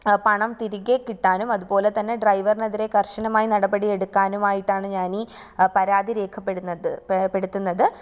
പണം തിരികെ കിട്ടാനും അതുപോലെതന്നെ ഡ്രൈവറിനെതിരെ കർശനമായി നടപടിയെടുക്കാനുമായിട്ടാണ് ഞാൻ ഈ പരാതി രേഖപ്പെടുന്നത് പ്പെടുത്തുന്നത്